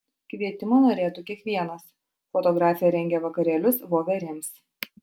kvietimo norėtų kiekvienas fotografė rengia vakarėlius voverėms